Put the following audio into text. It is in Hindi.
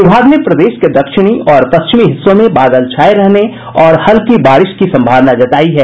विभाग ने प्रदेश के दक्षिणी और पश्चिमी हिस्सों में बादल छाये रहने और हल्की बारिश की संभावना जतायी है